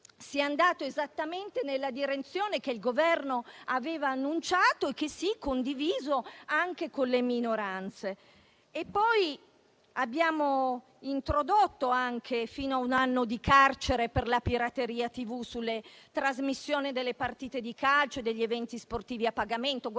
proceduto esattamente nella direzione che il Governo aveva annunciato e condiviso anche con le minoranze. Abbiamo introdotto le pene fino a un anno di carcere per la pirateria TV sulla trasmissione delle partite di calcio e degli eventi sportivi a pagamento.